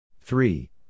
Three